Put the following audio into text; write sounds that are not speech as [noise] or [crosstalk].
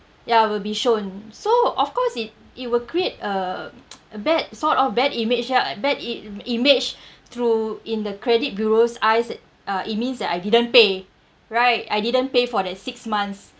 ya will be shown so of course it it will create a [noise] a bad sort of bad image ah bad i~ image through in the credit bureaus eyes uh it means that I didn't pay right I didn't pay for that six months